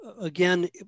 again